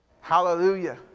Hallelujah